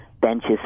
benches